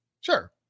sure